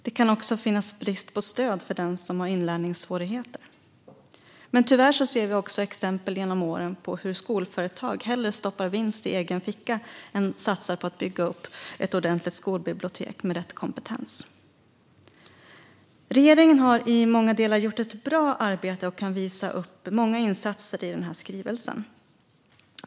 Det kan också finnas brist på stöd för den som har inlärningssvårigheter. Men tyvärr har vi också genom åren sett exempel på hur skolföretag hellre stoppar vinst i egen ficka än satsar på att bygga upp ett ordentligt skolbibliotek med rätt kompetens. Regeringen har i många delar gjort ett bra arbete och kan visa upp många insatser i skrivelsen.